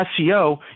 SEO